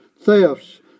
Thefts